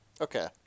Okay